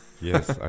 Yes